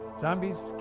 Zombies